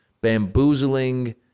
bamboozling